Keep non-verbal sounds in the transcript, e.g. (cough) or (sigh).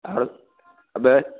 और (unintelligible)